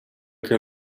che